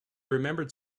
remembered